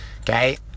Okay